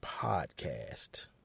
Podcast